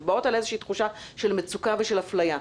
הן באות על איזושהי תחושה של מצוקה ושל אפליה.